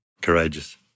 courageous